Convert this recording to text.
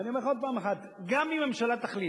ואני אומר לך עוד פעם אחת: גם אם הממשלה תחליט